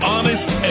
Honest